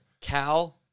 Cal